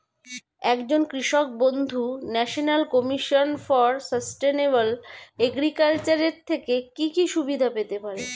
একজন কৃষক বন্ধু national commission for sustainable agriculture এর থেকে কি কি সুবিধা পেতে পারে?